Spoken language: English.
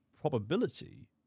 Probability